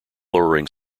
lowering